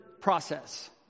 process